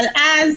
אבל אז